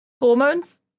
Hormones